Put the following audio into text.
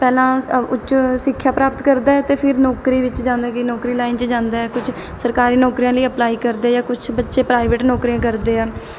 ਪਹਿਲਾਂ ਉੱਚ ਸਿੱਖਿਆ ਪ੍ਰਾਪਤ ਕਰਦਾ ਅਤੇ ਫਿਰ ਨੌਕਰੀ ਵਿੱਚ ਜਾਂਦਾ ਕਿ ਨੌਕਰੀ ਲਾਈਨ 'ਚ ਜਾਂਦਾ ਕੁਛ ਸਰਕਾਰੀ ਨੌਕਰੀਆਂ ਲਈ ਅਪਲਾਈ ਕਰਦੇ ਜਾਂ ਕੁਛ ਬੱਚੇ ਪ੍ਰਾਈਵੇਟ ਨੌਕਰੀਆਂ ਕਰਦੇ ਆ